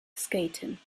skaten